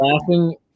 laughing